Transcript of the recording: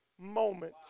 moment